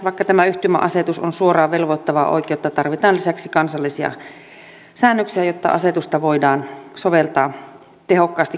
vaikka tämä yhtymäasetus on suoraan velvoittavaa oikeutta tarvitaan lisäksi kansallisia säännöksiä jotta asetusta voidaan soveltaa tehokkaasti käyttöön